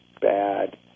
bad